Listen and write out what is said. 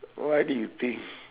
what do you think